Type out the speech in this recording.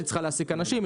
היא צריכה להעסיק אנשים,